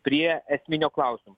prie esminio klausimo